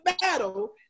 battle